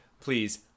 please